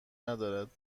ندارد